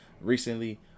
Recently